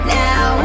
now